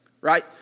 right